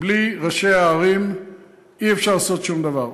בלי ראשי הערים אי-אפשר לעשות שום דבר.